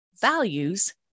values